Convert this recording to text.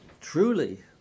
truly